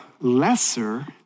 lesser